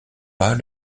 pas